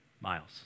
miles